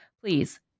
Please